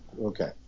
Okay